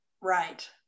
Right